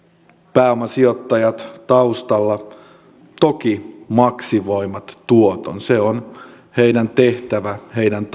pääomasijoittajat taustalla toki maksimoivat tuoton se on heidän tehtävänsä heidän